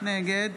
נגד